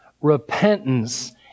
Repentance